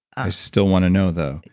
i still want to know though,